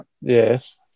yes